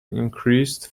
increased